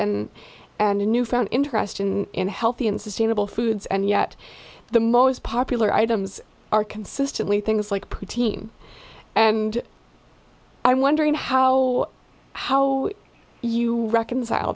and and a newfound interest in healthy and sustainable foods and yet the most popular items are consistently things like protein and i'm wondering how how you reconcile